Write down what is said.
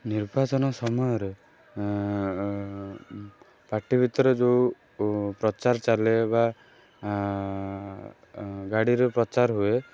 ନିର୍ବାଚନ ସମୟରେ ପାର୍ଟି ଭିତରେ ଯେଉଁ ପ୍ରଚାର ଚାଲେ ବା ଗାଡ଼ିରେ ପ୍ରଚାର ହୁଏ